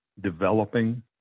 developing